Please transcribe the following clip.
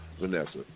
Vanessa